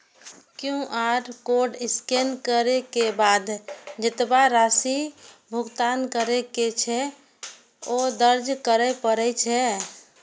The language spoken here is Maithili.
क्यू.आर कोड स्कैन करै के बाद जेतबा राशि भुगतान करै के छै, ओ दर्ज करय पड़ै छै